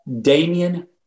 Damian